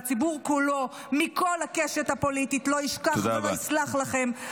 והציבור כולו מכל הקשת הפוליטית לא ישכח ולא יסלח לכם -- תודה רבה.